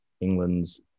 England's